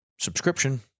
subscription